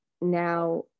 now